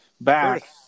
back